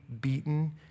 beaten